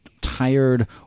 tired